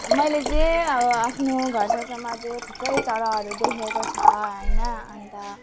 मैले चाहिँ आफ्नो घर छेउछाउमा चाहिँ थुप्रै चराहरू देखेको छ होइन अन्त